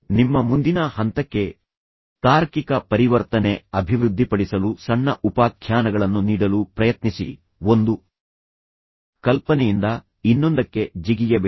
ನಿಮ್ಮ ಮುಂದಿನ ಹಂತಕ್ಕೆ ತಾರ್ಕಿಕ ಪರಿವರ್ತನೆ ಅಭಿವೃದ್ಧಿಪಡಿಸಲು ಸಣ್ಣ ಉಪಾಖ್ಯಾನಗಳನ್ನು ನೀಡಲು ಪ್ರಯತ್ನಿಸಿ ಒಂದು ಕಲ್ಪನೆಯಿಂದ ಇನ್ನೊಂದಕ್ಕೆ ಜಿಗಿಯಬೇಡಿ